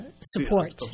support